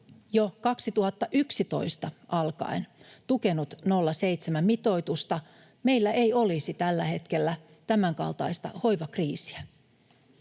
jo 2011 alkaen tukenut 0,7:n mitoitusta, meillä ei olisi tällä hetkellä tämänkaltaista hoivakriisiä.